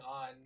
on